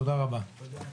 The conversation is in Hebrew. תודה רבה, הישיבה נעולה.